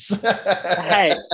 Hey